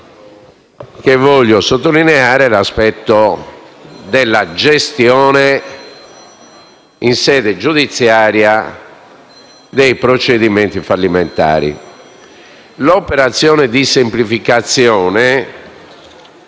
che voglio sottolineare riguarda la gestione in sede giudiziaria dei procedimenti fallimentari. L'operazione di semplificazione,